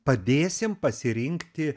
padėsim pasirinkti